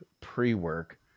pre-work